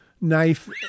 knife